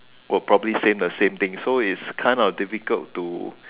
would probably say the same thing so it's kind of difficult to